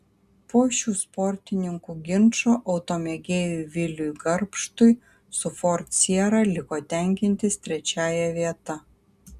po šių sportininkų ginčo automėgėjui viliui garbštui su ford siera liko tenkintis trečiąja vieta